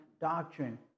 doctrine